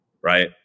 right